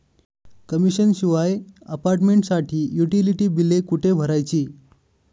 Commission शिवाय अपार्टमेंटसाठी utility बिले कुठे भरायची?